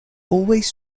always